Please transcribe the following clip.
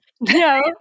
No